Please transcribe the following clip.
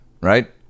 right